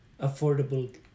affordable